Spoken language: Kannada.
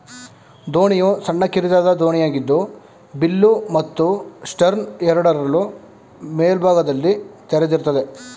ದೋಣಿಯು ಸಣ್ಣ ಕಿರಿದಾದ ದೋಣಿಯಾಗಿದ್ದು ಬಿಲ್ಲು ಮತ್ತು ಸ್ಟರ್ನ್ ಎರಡರಲ್ಲೂ ಮೇಲ್ಭಾಗದಲ್ಲಿ ತೆರೆದಿರ್ತದೆ